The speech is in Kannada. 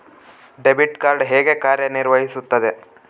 ಡೆಬಿಟ್ ಕಾರ್ಡ್ ಹೇಗೆ ಕಾರ್ಯನಿರ್ವಹಿಸುತ್ತದೆ?